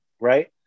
right